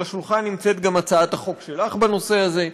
על השולחן נמצאת גם הצעת החוק שלך בנושא הזה,